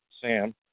Sam